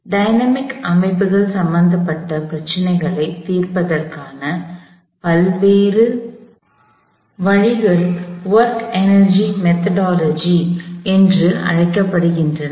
dynamic அமைப்புகள் சம்பந்தப்பட்ட பிரச்சனைகளைத் தீர்ப்பதற்கான பல்வேறு வழிகள் work energy methodology work force methodology வேலை ஆற்றல் முறை என்று அழைக்கப்படுகின்றன